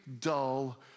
dull